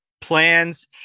plans